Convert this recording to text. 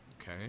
okay